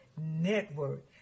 Network